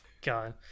God